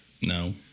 No